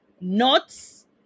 nuts